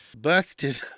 Busted